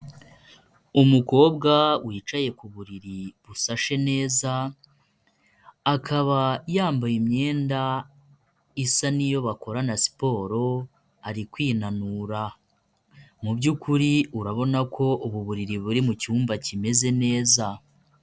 Umukobwa wicaye ku buriri busashe neza, akaba yambaye imyenda isa n'iyo bakorana siporo, ari kwinanura mu by'ukuri urabona ko ubu buriri buri mu cyumba kimeze neza.